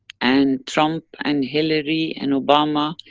and trump, and hillary, and obama,